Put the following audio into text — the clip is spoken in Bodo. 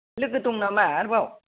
लोगो दं नामा आरोबाव